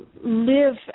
live